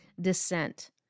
descent